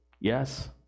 Yes